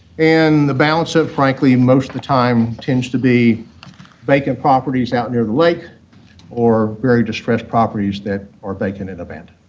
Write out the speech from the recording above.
and the balance of, frankly, most of the time, tends to be vacant properties out near the lake or very distressed properties that are vacant and abandoned.